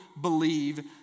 believe